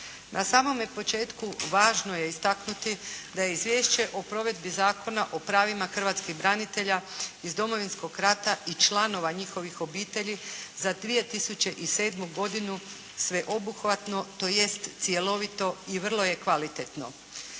Na samome početku važno je istaknuti da je izvješće o provedbi Zakona o pravima hrvatskih branitelja iz Domovinskog rata i članova njihovih obitelji za 2007. godinu sveobuhvatno tj. cjelovito i vrlo je kvalitetno.